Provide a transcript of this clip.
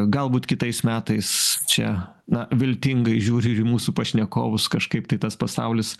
galbūt kitais metais čia na viltingai žiūriu ir į mūsų pašnekovus kažkaip tai tas pasaulis